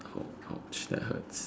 oh !ouch! that hurts